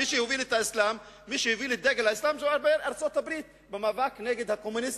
מי שהוביל את האסלאם זה ארצות-הברית במאבק נגד הקומוניסטים,